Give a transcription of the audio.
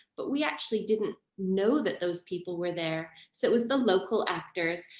but we actually didn't know that those people were there. so it was the local actors.